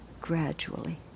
gradually